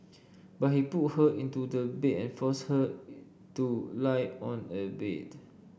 but he pulled her into the bed and forced her to lie on a bed